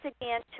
again